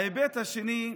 ההיבט השני,